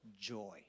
joy